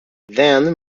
then